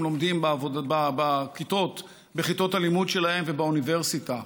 לומדים בכיתות הלימוד שלהם ובאוניברסיטה.